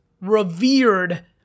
revered